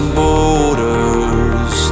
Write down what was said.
borders